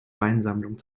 weinsammlung